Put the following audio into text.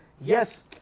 yes